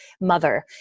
mother